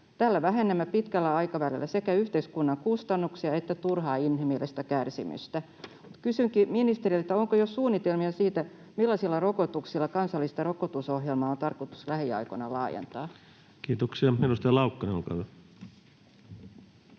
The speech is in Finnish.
Tällä vähennämme pitkällä aikavälillä sekä yhteiskunnan kustannuksia että turhaa inhimillistä kärsimystä. Kysynkin ministeriltä, onko jo suunnitelmia siitä, millaisilla rokotuksilla kansallista rokotusohjelmaa on tarkoitus lähiaikoina laajentaa. Kiitoksia. — Edustaja Laukkanen, olkaa hyvä.